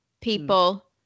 People